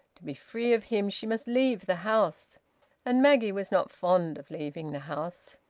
to be free of him she must leave the house and maggie was not fond of leaving the house.